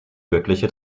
göttliche